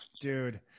dude